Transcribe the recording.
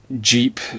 jeep